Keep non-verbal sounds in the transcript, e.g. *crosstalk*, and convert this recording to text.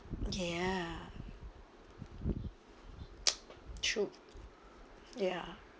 ya *noise* true ya